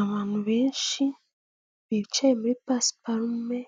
Abantu benshi bicaye muri pasparume